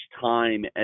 time